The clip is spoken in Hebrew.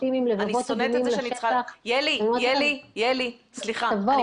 ילי סליחה,